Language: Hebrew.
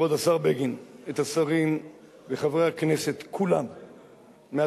כבוד השר בגין, וחברי הכנסת כולם מהקואליציה,